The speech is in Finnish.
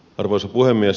arvoisa puhemies